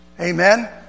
Amen